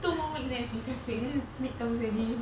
two more weeks then recess week then midterms already